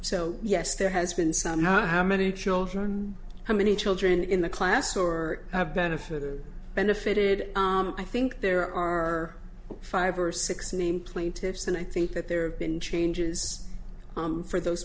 so yes there has been some how many children how many children in the class or have benefited benefited i think there are five or six named plaintiffs and i think that there have been changes for those